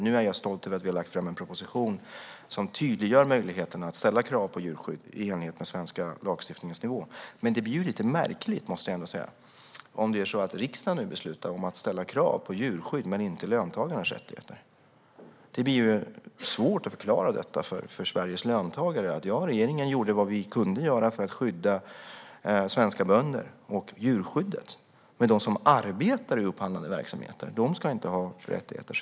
Nu är jag stolt över att vi har lagt fram en proposition som tydliggör möjligheterna att ställa krav på djurskydd i enlighet med den svenska lagstiftningens nivå. Men det blir lite märkligt om riksdagen nu beslutar om att ställa krav på djurskydd men inte på löntagarnas rättigheter. Det blir svårt att förklara detta för Sveriges löntagare: Ja, vi i regeringen gjorde vad vi kunde för att skydda svenska bönder och djurskyddet, men de som arbetar i upphandlade verksamheter ska inte ha rättigheter.